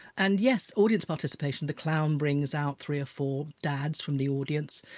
and yes audience participation the clown brings out three or four dads from the audience,